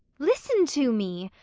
listen to me!